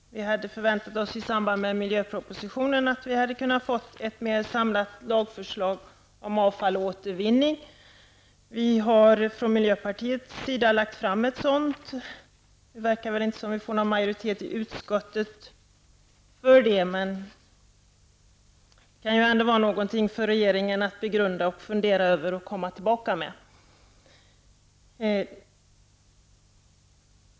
Vi förväntade oss att i samband med miljöpropositionen få se ett mer samlat lagförslag om avfall och återvinning. Vi har från miljöpartiets sida lagt fram ett sådant förslag. Men vi verkar inte få majoritet i utskottet. Det kan ändå vara något för regeringen att begrunda och återkomma till i ett senare skede.